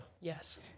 Yes